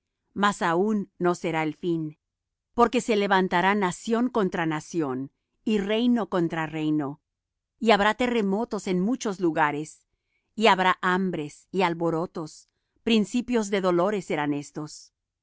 mas aun no será el fin porque se levantará nación contra nación y reino contra reino y habrá terremotos en muchos lugares y habrá hambres y alborotos principios de dolores serán estos